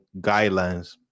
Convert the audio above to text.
guidelines